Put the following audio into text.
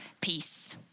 peace